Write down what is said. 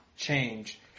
change